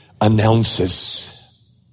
announces